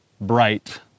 bright